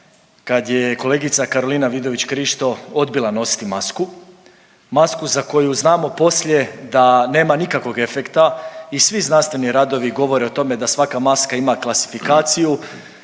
kad je kolegica Karolina Vidović Krišto odbila nositi masku, masku za koju znamo poslije da nema nikakvog efekta i svi znanstveni radovi govore o tome da svaka maska ima klasifikaciju,